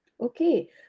Okay